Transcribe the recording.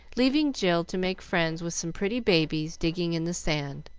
leaving jill to make friends with some pretty babies digging in the sand,